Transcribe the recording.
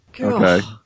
Okay